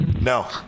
No